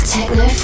Techno